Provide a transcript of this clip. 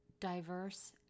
diverse